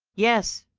yes,